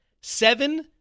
seven